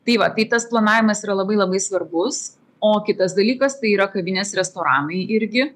tai va tai tas planavimas yra labai labai svarbus o kitas dalykas tai yra kavinės restoranai irgi